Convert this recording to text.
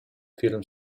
film